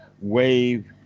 wave